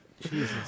Jesus